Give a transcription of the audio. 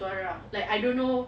tak tentu arah like I don't know